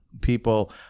people